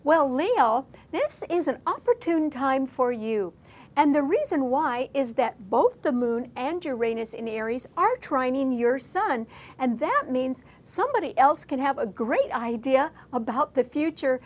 this is an opportune time for you and the reason why is that both the moon and your anus in aries are trying in your son and that means somebody else can have a great idea about the future